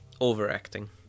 overacting